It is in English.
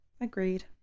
agreed